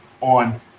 on